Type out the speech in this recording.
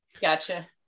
Gotcha